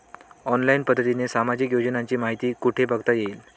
Online पद्धतीने सामाजिक योजनांची माहिती कुठे बघता येईल?